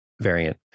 variant